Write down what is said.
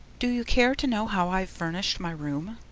do you care to know how i've furnished my room?